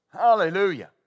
Hallelujah